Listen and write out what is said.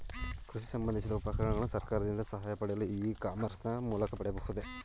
ಕೃಷಿ ಸಂಬಂದಿಸಿದ ಉಪಕರಣಗಳನ್ನು ಸರ್ಕಾರದಿಂದ ಸಹಾಯ ಪಡೆಯಲು ಇ ಕಾಮರ್ಸ್ ನ ಮೂಲಕ ಪಡೆಯಬಹುದೇ?